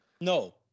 No